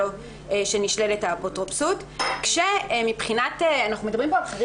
(2) אין בפנייה של ההורה הפוגע לבית המשפט בבקשה לפי פסקה